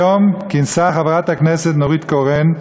היום כינסה חברת הכנסת נורית קורן,